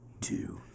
two